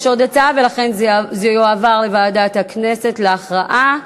יש עוד הצעה, ולכן זה יועבר לוועדת הכנסת להכרעה.